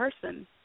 person